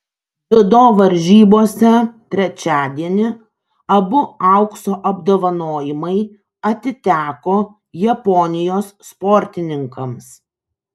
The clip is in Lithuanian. dziudo varžybose trečiadienį abu aukso apdovanojimai atiteko japonijos sportininkams